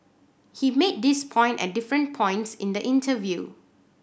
he made this point at different points in the interview